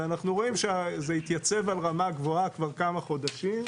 ואנחנו רואים שזה התייצב על רמה גבוהה כבר כמה חודשים.